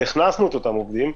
והכנסנו את אותם עובדים,